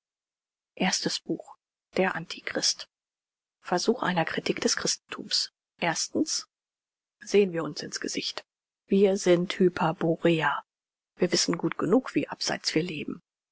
der antichrist einer kritik des sehen wir uns in's gesicht wir sind hyperboreer wir wissen gut genug wie abseits wir leben